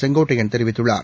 செங்கோட்டையன் தெரிவித்துள்ளார்